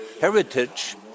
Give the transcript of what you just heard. heritage